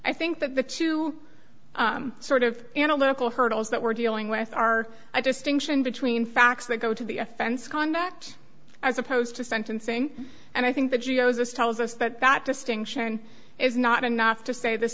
i think that the two sort of analytical hurdles that we're dealing with are a distinction between facts that go to the offense conduct as opposed to sentencing and i think the geos this tells us that that distinction is not enough to say this